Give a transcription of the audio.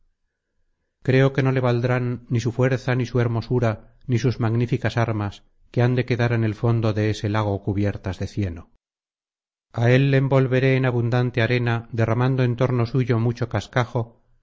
creo que no le valdrán ni su fuerza ni su hermosura ni sus magníficas armas que han de quedar en el fondo de este lago cubiertas de cieno a él le envolveré en abundante arena derramando en torno suyo mucho cascajo